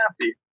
happy